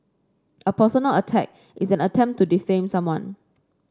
a personal attack is an attempt to defame someone